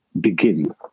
begin